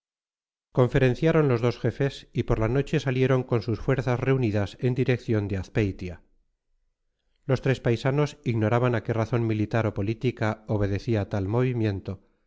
vidas conferenciaron los dos jefes y por la noche salieron con sus fuerzas reunidas en dirección de azpeitia los tres paisanos ignoraban a qué razón militar o política obedecía tal movimiento